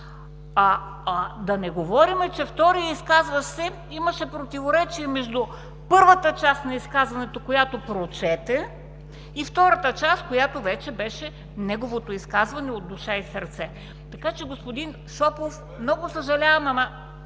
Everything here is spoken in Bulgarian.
Да не говорим, че вторият изказващ се имаше противоречие между първата част на изказването, която прочете, и втората част, която вече беше неговото изказване от душа и сърце. Така че, господин Шопов, много съжалявам, ама